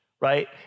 right